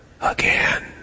again